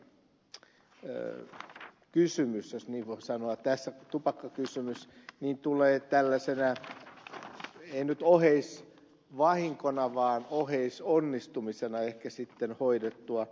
tämä viron kysymys jos niin voi sanoa tupakkakysymys tulee tällaisena ei nyt oheisvahinkona vaan oheisonnistumisena ehkä hoidettua